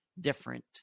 different